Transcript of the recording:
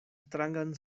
strangan